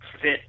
fit